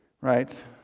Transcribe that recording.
right